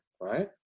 right